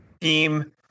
team